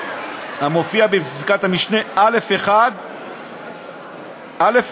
המופיע בפסקת המשנה (א1)(1)